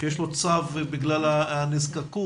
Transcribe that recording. שיש לו צו בגלל הנזקקות,